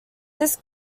this